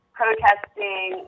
protesting